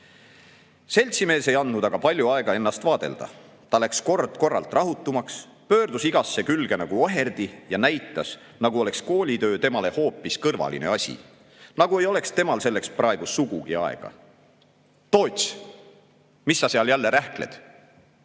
Arno. Seltsimees ei andnud aga palju aega ennast vaadelda. Ta läks kord-korralt rahutumaks, pöördus igasse külge nagu oherdi ja näitas, nagu oleks koolitöö temale hoopis kõrvaline asi, nagu ei oleks temal selleks praegu sugugi aega."Toots, mis sa seal jälle rähkled?"See